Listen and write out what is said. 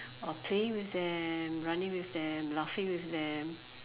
I'll play with them running with them laughing with them